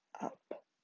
up